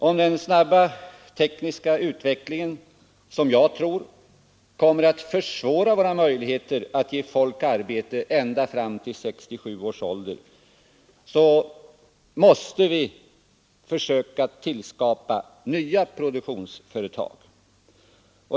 Om den snabba tekniska utvecklingen, såsom jag tror, kommer att försvåra våra möjligheter att ge folk arbete ända fram till 67 års ålder, måste vi försöka skapa nya produktionsföretag.